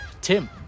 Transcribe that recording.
Tim